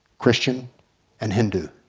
christian and hindu.